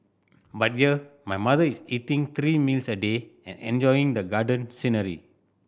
but here my mother is eating three meals a day and enjoying the garden scenery